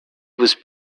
was